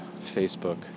Facebook